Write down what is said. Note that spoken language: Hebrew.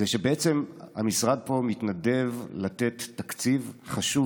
זה שבעצם המשרד פה מתנדב לתת תקציב חשוב